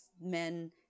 men